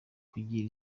kugira